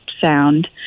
sound